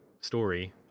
story